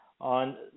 on